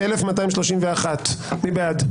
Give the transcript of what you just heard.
1,236 מי בעד?